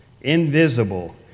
invisible